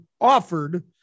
offered